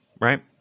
right